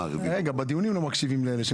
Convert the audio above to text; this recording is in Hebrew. גם מבחינת צוות